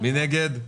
מי נגד?